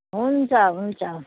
हुन्छ हुन्छ